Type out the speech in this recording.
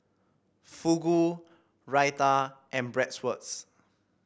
Fugu Raita and Bratwurst